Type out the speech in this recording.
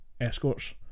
escorts